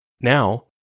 Now